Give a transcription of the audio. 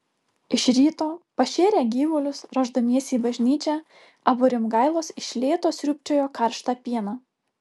iš ryto pašėrę gyvulius ruošdamiesi į bažnyčią abu rimgailos iš lėto sriūbčiojo karštą pieną